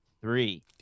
three